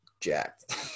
jacked